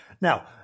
Now